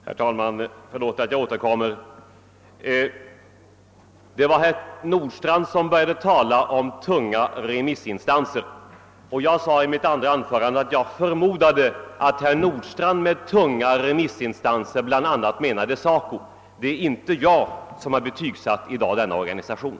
Herr talman! Förlåt att jag återkommer! Det var herr Nordstrandh som började tala om tunga remissinstanser. Jag sade i mitt andra anförande att jag förmodade att herr Nordstrandh med »tunga remissinstanser» bl.a. menade SACO. Det är alltså inte jag som i dag har betygsatt denna organisation.